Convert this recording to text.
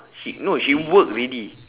she no she work already